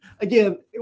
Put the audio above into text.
again